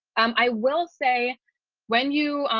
i will say when you